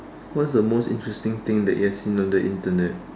what's the most interesting thing that you have seen on the Internet